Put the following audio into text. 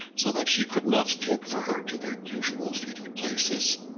so that he could not take the herd to their usual feeding places,